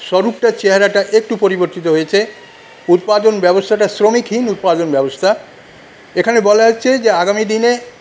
স্বরূপটা চেহারাটা একটু পরিবর্তিত হয়েছে উৎপাদন ব্যবস্থাটা শ্রমিকহীন উৎপাদন ব্যবস্থা এখানে বলা যাচ্ছে যে আগামী দিনে